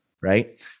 right